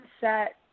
set